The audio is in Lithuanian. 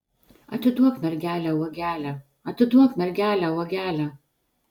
atiduok mergelę uogelę atiduok mergelę uogelę